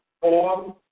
form